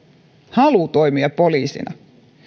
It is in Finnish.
halua toimia poliisina